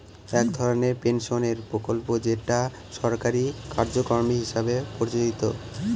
এক ধরনের পেনশনের প্রকল্প যেটা সরকারি কার্যক্রম হিসেবে পরিচিত